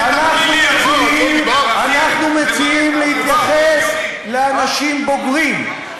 אנחנו מציעים להתייחס לאנשים בוגרים,